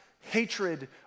hatred